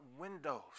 windows